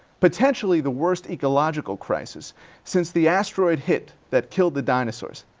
potentially the worst ecological crisis since the asteroid hit that killed the dinosaurs.